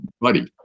buddy